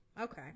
Okay